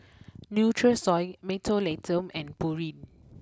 Nutrisoy Mentholatum and Pureen